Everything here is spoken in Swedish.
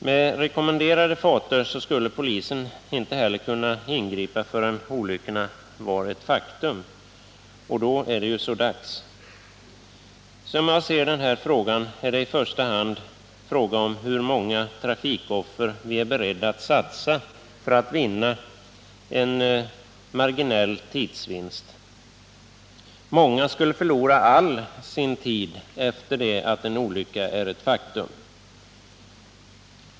Med rekommenderade farter skulle polisen inte heller kunna ingripa förrän olyckorna vore ett faktum — och då är det så dags. Som jag ser detta är det i första hand fråga om hur många trafikoffer vi är beredda att satsa för att göra en marginell tidsvinst. Många skulle förlora all sin tid efter det att en olycka är ett faktum.